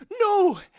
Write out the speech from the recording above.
No